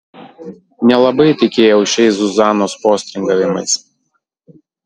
nelabai tikėjau šiais zuzanos postringavimais